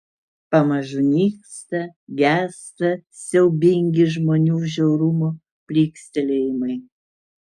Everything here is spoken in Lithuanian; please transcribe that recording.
pamažu nyksta gęsta siaubingi žmonių žiaurumo plykstelėjimai